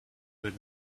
would